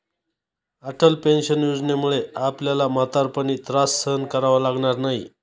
Atal pension योजनेमुळे आपल्याला म्हातारपणी त्रास सहन करावा लागणार नाही